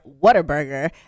Whataburger